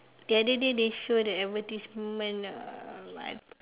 the other day they show the advertisement uh